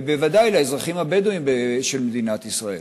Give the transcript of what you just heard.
ובוודאי לאזרחים הבדואים של מדינת ישראל.